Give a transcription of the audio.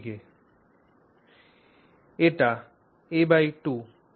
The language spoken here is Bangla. সুতরাং এটি a2